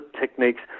techniques